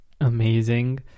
amazing